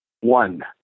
One